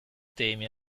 temi